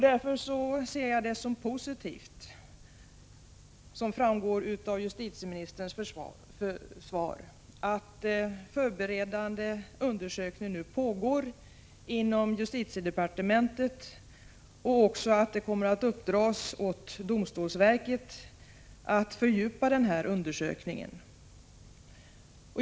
Därför ser jag det som positivt att det, som framgår av justitieministerns svar, nu pågår en förberedande undersökning inom justitiedepartementet och att det kommer att uppdras åt domstolsverket att fördjupa denna undersökning.